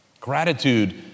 gratitude